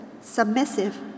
submissive